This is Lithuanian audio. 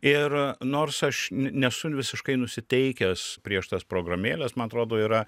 ir nors aš ne nesu visiškai nusiteikęs prieš tas programėles man atrodo yra